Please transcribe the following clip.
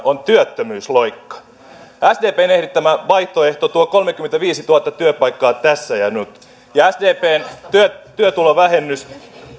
on työttömyysloikka sdpn ehdottama vaihtoehto tuo kolmekymmentäviisituhatta työpaikkaa tässä ja nyt ja sdpn työtulovähennys